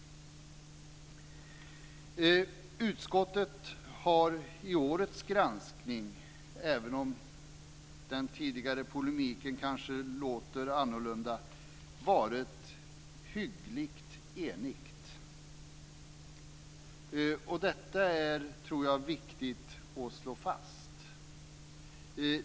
Utskottet har vid årets granskning - även om polemiken kanske låter annorlunda - varit hyggligt enigt. Detta är det, tror jag, viktigt att slå fast.